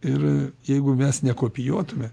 ir jeigu mes nekopijuotume